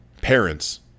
Parents